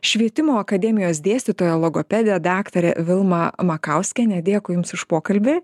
švietimo akademijos dėstytoją logopedę daktarę vilmą makauskienę dėkui jums už pokalbį